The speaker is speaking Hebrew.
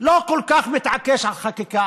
לא כל כך מתעקש על חקיקה.